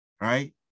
Right